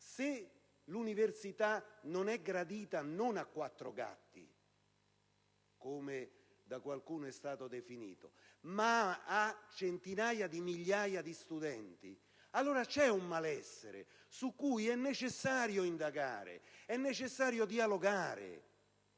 Se l'università non è gradita, e non a quattro gatti, come da qualcuno è stato detto, ma a centinaia di migliaia di studenti, allora c'è un malessere su cui è necessario indagare ed è necessario dialogare.